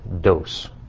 dose